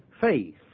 faith